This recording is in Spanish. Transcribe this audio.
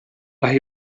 las